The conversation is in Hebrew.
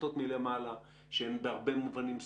החלטות מלמעלה שהן בהרבה מובנים סותרות,